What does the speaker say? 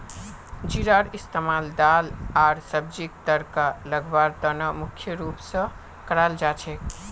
जीरार इस्तमाल दाल आर सब्जीक तड़का लगव्वार त न मुख्य रूप स कराल जा छेक